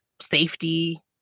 safety